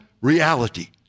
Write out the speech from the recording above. reality